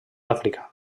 àfrica